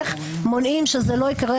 איך מונעים שזה לא יקרה,